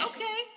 Okay